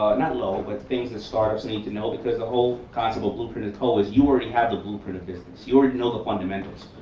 not low, but things that startups need to know, because the whole concept of blueprint and co. is you already ah have the blueprint of business. you already know the fundamentals.